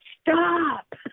Stop